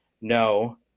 no